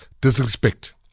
disrespect